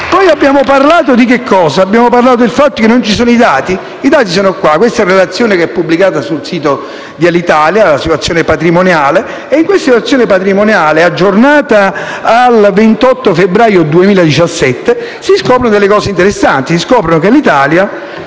cosa simpatica! Poi abbiamo parlato del fatto che non ci sono i dati. I dati sono qui. C'è una relazione pubblicata sul sito di Alitalia con la situazione patrimoniale. Nella situazione patrimoniale, aggiornata al 28 febbraio 2017, si scoprono delle cose interessanti, e cioè che Alitalia,